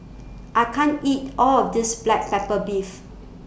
I can't eat All of This Black Pepper Beef